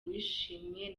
wishimye